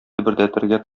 дөбердәтергә